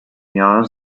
miałam